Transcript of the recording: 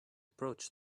approach